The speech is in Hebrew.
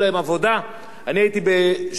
הייתי בשכונות דרום תל-אביב,